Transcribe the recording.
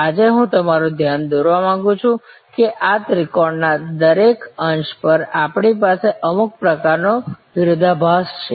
આજે હું તમારું ધ્યાન દોરવા માંગુ છું કે આ ત્રિકોણના દરેક અંશ પર આપણી પાસે અમુક પ્રકારનો વિરોધાભાસ છે